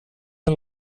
den